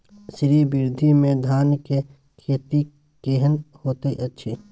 श्री विधी में धान के खेती केहन होयत अछि?